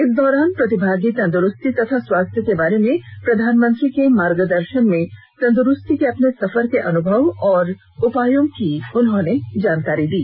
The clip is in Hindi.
इस दौरान प्रतिभागी तंदुरूस्ती तथा स्वास्थ्य के बारे में प्रधानमंत्री के मार्गदर्शन में तंदुरूस्ती के अपने सफर के अनुभव और उपायों की जानकारी दी